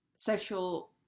sexual